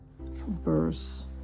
verse